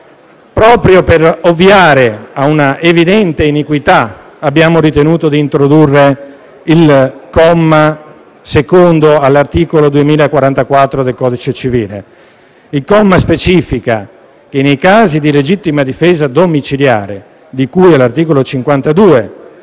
Proprio per ovviare a un'evidente iniquità, abbiamo ritenuto d'introdurre il comma secondo all'articolo 2044 del codice civile, che specifica che, nei casi di legittima difesa domiciliare, di cui all'articolo 52,